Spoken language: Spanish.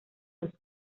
los